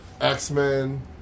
X-Men